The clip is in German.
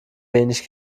wenig